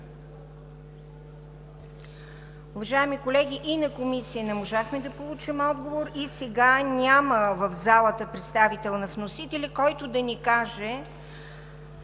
Уважаеми колеги, в Комисията не можахме да получим отговор и сега няма в залата представител на вносителя, който да ни каже: